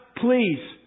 please